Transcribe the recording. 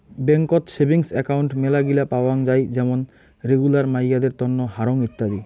বেংকত savings account মেলাগিলা পাওয়াং যাই যেমন রেগুলার, মাইয়াদের তন্ন, হারং ইত্যাদি